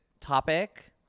topic